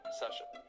session